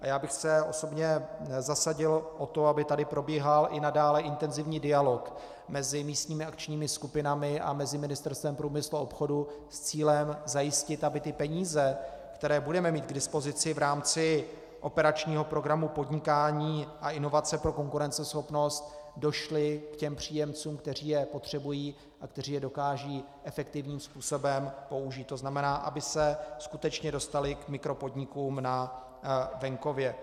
Já bych se osobně zasadil o to, aby tady probíhal i nadále intenzivní dialog mezi místními akčními skupinami a Ministerstvem průmyslu a obchodu s cílem zajistit, aby peníze, které budeme mít k dispozici v rámci operačního programu Podnikání a inovace pro konkurenceschopnost, došly k těm příjemcům, kteří je potřebují a kteří je dokážou efektivním způsobem použít, to znamená, aby se skutečně dostaly k mikropodnikům na venkově.